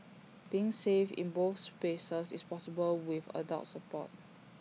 being safe in both spaces is possible with adult support